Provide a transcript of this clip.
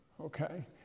okay